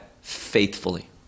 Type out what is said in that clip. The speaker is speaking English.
faithfully